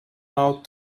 out